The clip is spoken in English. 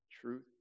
Truth